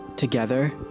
Together